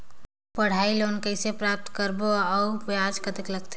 पढ़ाई लोन कइसे प्राप्त करबो अउ ब्याज कतेक लगथे?